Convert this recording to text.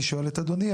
אני שואל את אדוני,